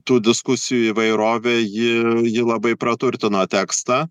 tų diskusijų įvairovė ji ji labai praturtino tekstą